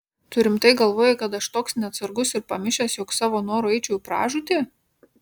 tu rimtai galvoji kad aš toks neatsargus ir pamišęs jog savo noru eičiau į pražūtį